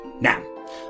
Now